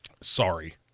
Sorry